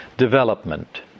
Development